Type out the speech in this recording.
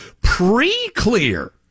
pre-clear